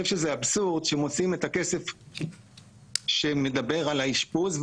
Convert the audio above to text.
אני חושב שזה אבסורד שמוצאים את הכסף שמדבר על האשפוז,